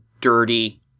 dirty